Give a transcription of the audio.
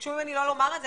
ביקשו ממני לא לומר את זה,